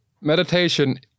meditation